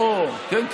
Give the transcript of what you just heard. כן,